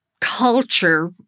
culture